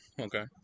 okay